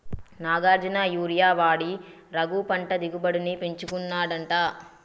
Nagarjuna urea వాడి రఘు పంట దిగుబడిని పెంచుకున్నాడట